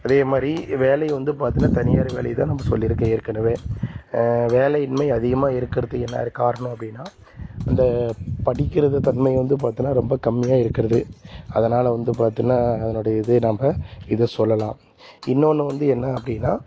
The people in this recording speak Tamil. அதே மாதிரி வேலையை வந்து பார்த்தீன்னா தனியார் வேலையை தான் நம்ப சொல்லியிருக்கேன் ஏற்கனவே வேலையின்மை அதிகமாக இருக்கிறதுக்கு என்ன காரணம் அப்படின்னா அந்த படிக்கிறது தன்மை வந்து பார்த்தீன்னா ரொம்ப கம்மியாக இருக்கிறது அதனால் வந்து பார்த்தீன்னா அதனுடைய இதே நாம் இத சொல்லலாம் இன்னோன்று வந்து என்ன அப்படின்னா